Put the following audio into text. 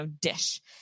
dish